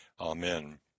amen